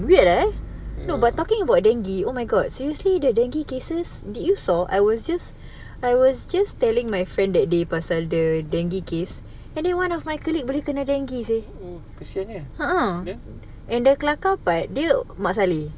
uh oh kesiannya then